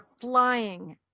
flying